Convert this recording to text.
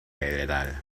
heredar